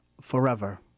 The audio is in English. forever